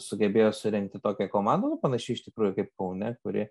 sugebėjo surinkti tokią komandą nu panaši iš tikrųjų kaip kaune kuri